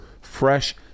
fresh